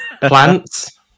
Plants